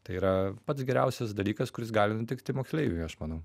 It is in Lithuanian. tai yra pats geriausias dalykas kuris gali nutikti moksleiviui aš manau